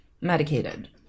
medicated